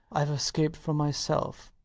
ive escaped from myself.